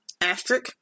asterisk